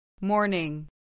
Morning